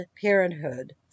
Parenthood